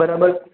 બરાબર